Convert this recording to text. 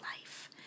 life